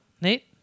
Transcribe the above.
Nate